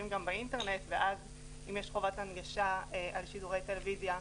גם באינטרנט ואז אם יש חובת הנגשה על שידורי טלוויזיה,